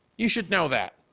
you should know that.